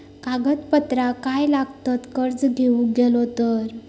कागदपत्रा काय लागतत कर्ज घेऊक गेलो तर?